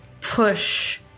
push